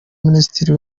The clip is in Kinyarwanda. minisitiri